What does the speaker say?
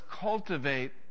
cultivate